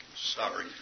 Sorry